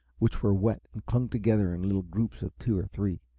which were wet and clung together in little groups of two or three.